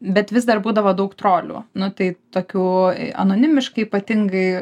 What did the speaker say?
bet vis dar būdavo daug trolių nu tai tokių anonimiškai ypatingai